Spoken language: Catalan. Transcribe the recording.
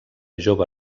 jove